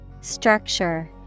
Structure